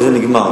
וזה נגמר.